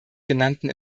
genannten